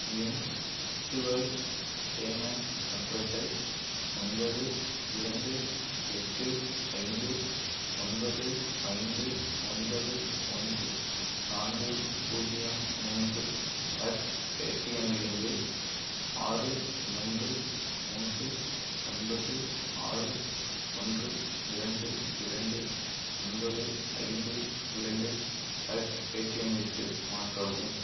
என் virtual payment அட்ரஸை ஒன்பது இரண்டு எட்டு ஐந்து ஒன்பது ஐந்து ஒன்பது ஒன்று நான்கு பூஜ்ஜியம் மூன்று அட் பேடிஎம்மிருந்து ஆறு மூன்று மூன்று ஒன்பது ஆறு ஒன்று இரண்டு இரண்டு ஒன்பது ஐந்து இரண்டு அட் பேடிஎம்மிற்கு மாற்றவும்